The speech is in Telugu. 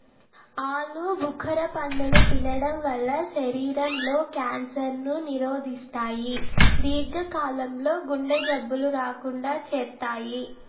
ఆలు భుఖర పండును తినడం వల్ల శరీరం లో క్యాన్సర్ ను నిరోధిస్తాయి, దీర్ఘ కాలం లో గుండె జబ్బులు రాకుండా చేత్తాయి